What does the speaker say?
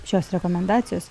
šios rekomendacijos